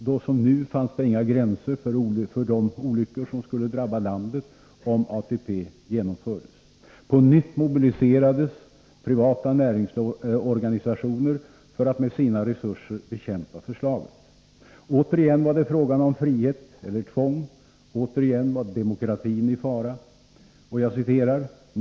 Då som nu fanns det inga gränser för de olyckor som skulle drabba landet om ATP genomfördes. På nytt mobiliserades privata näringslivsorganisationer för att med sina resurser bekämpa förslaget. Återigen var det frågan om ”frihet eller tvång”, återigen var demokratin i fara.